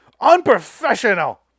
Unprofessional